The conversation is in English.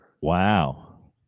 Wow